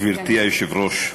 גברתי היושבת-ראש,